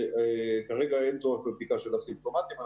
כרגע אין צורך בבדיקה של אסימפטומטיים.